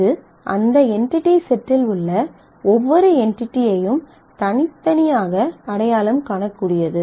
இது அந்த என்டிடி செட்டில் உள்ள ஒவ்வொரு என்டிடியையும் தனித்தனியாக அடையாளம் காணக்கூடியது